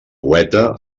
poeta